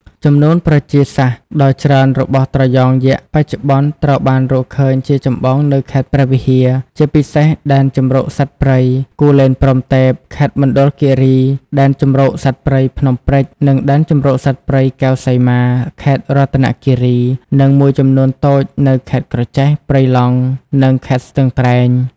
ចំនួនប្រជាសាស្ត្រដ៏ច្រើនរបស់ត្រយងយក្សបច្ចុប្បន្នត្រូវបានរកឃើញជាចម្បងនៅ ខេត្តព្រះវិហារ ជាពិសេសដែនជម្រកសត្វព្រៃ គូលែនព្រហ្មទេព ខេត្តមណ្ឌលគិរី ដែនជម្រកសត្វព្រៃ ភ្នំព្រេច និងដែនជម្រកសត្វព្រៃ កែវសីមា ខេត្តរតនគិរី និងមួយចំនួនតូចនៅ ខេត្តក្រចេះ ព្រៃឡង់ និង ខេត្តស្ទឹងត្រែង។